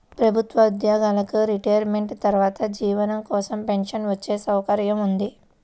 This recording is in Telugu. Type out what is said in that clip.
ప్రభుత్వ ఉద్యోగులకు రిటైర్మెంట్ తర్వాత జీవనం కోసం పెన్షన్ వచ్చే సౌకర్యం ఉంది